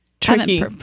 Tricky